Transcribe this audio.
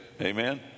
Amen